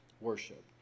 worship